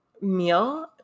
Meal